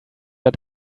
der